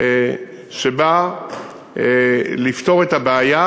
שבא לפתור את הבעיה